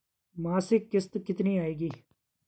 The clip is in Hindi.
मासिक किश्त कितनी आएगी?